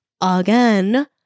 again